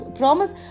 promise